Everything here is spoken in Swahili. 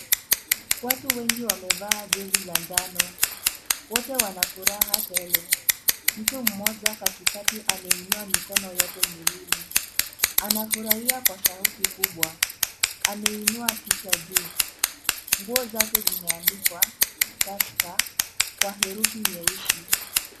Watu wengi wamevaa jezi za njano wote wanafuraha tele. Mtu mmoja katikati ameinua mikono yote miwili anafurahia kwa sauti kubwa, ameinua kichwa juu. Nguo zake zimeandikwa tursker kwa herufi nyeusi.